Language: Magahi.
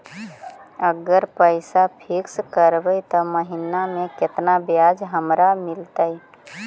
अगर पैसा फिक्स करबै त महिना मे केतना ब्याज हमरा मिलतै?